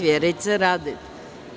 Vjerice Radete.